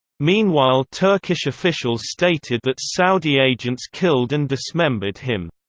meanwhile turkish officials stated that saudi agents killed and dismembered him.